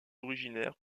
originaire